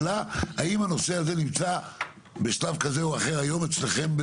האם הנושא הזה נמצא בשלב כזה או אחר היום אצלכם,